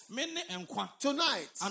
Tonight